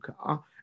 car